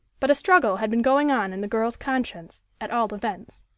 but a struggle had been going on in the girl's conscience, at all events.